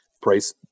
Price